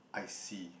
I see